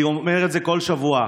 אני אומר את זה כל שבוע,